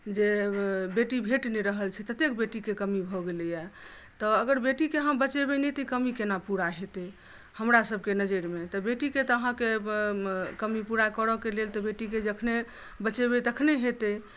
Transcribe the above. जे बेटी भेटि नहि रहल छै ततेक बेटीक कमी भऽ गेलैया तऽ अगर बेटीक अहाँ बचेबै नहि तऽ ई कमी केना पूरा हेतै हमरासभके नजरमे तऽ बेटीके तऽ अहाँके कमी पूरा करऽ के लेल तऽ बेटीके जखने बचेबै तखने हेतै